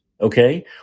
okay